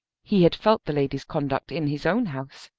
he had felt the lady's conduct in his own house,